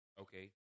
Okay